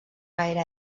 gaire